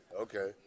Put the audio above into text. Okay